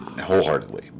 wholeheartedly